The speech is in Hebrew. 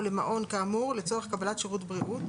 למעון כאמור לצורך קבלת שירות בריאות,